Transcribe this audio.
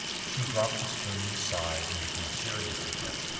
she dropped the spoon, sighed, and became serious again.